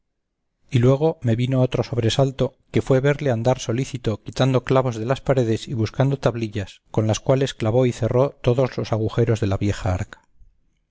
y luego me vino otro sobresalto que fue verle andar solícito quitando clavos de las paredes y buscando tablillas con las cuales clavó y cerró todos los agujeros de la vieja arca